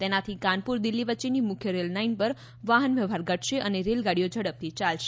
આનાથી કાનપુર દિલ્હી વચ્ચેની મુખ્ય રેલ લાઇન પર વાહન વ્યવહાર ઘટશે અને રેલગાડીઓ ઝડપથી યાલશે